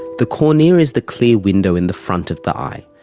the cornea is the clear window in the front of the eye.